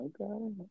Okay